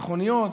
מכוניות,